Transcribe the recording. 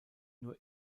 nur